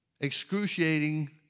excruciating